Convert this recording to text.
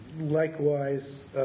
Likewise